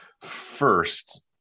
first